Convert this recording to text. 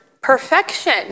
perfection